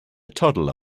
toddler